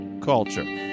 Culture